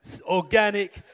organic